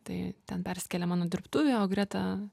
tai ten persikėlė mano dirbtuvė o greta